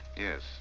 Yes